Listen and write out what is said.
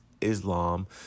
Islam